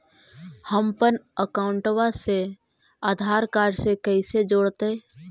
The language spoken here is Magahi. हमपन अकाउँटवा से आधार कार्ड से कइसे जोडैतै?